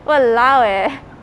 !walao! eh